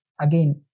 Again